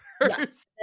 yes